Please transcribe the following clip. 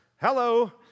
Hello